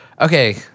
okay